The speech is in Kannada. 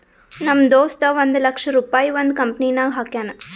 ನಮ್ ದೋಸ್ತ ಒಂದ್ ಲಕ್ಷ ರುಪಾಯಿ ಒಂದ್ ಕಂಪನಿನಾಗ್ ಹಾಕ್ಯಾನ್